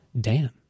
Dan